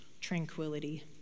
tranquility